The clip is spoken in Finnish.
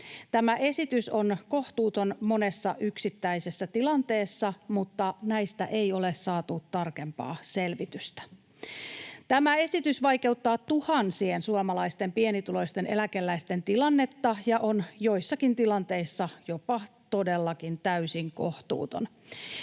Tämä esitys on kohtuuton monessa yksittäisessä tilanteessa, mutta näistä ei ole saatu tarkempaa selvitystä. Tämä esitys vaikeuttaa tuhansien suomalaisten pienituloisten eläkeläisten tilannetta ja on joissakin tilanteissa jopa todellakin täysin kohtuuton.